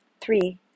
Three